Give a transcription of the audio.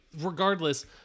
regardless